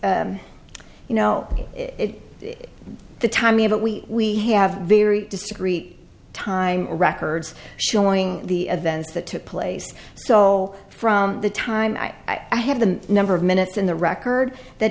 you know it is the timing of it we have very discrete time records showing the events that took place so from the time i have the number of minutes in the record that